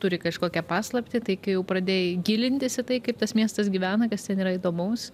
turi kažkokią paslaptį tai kai jau pradėjai gilintis į tai kaip tas miestas gyvena kas ten yra įdomaus